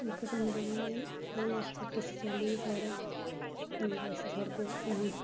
इक कम्म बना में ओह्दे च मस्त किसी चाल्ली साढ़े द'ऊं पैैसे साढ़े कोल औन